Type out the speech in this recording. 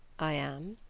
i am,